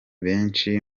benshi